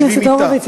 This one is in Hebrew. חבר הכנסת הורוביץ,